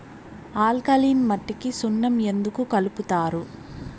alkaline మట్టికి సున్నం ఎందుకు కలుపుతారు